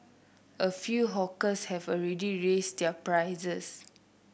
a few hawkers have already raised their prices